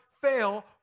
fail